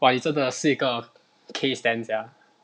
哇你真的是一个 K stan sia